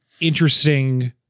interesting